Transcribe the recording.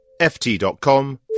ft.com